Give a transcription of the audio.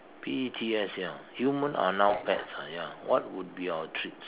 P E T S ya human are now pets ah ya what would be our treats